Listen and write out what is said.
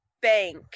bank